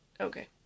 Okay